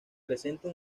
presenta